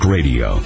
Radio